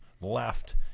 left